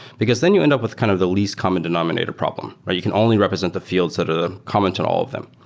because then you end up with kind of the least common denominator problem where you can only represent the fields that are common to all of them.